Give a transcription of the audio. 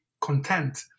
content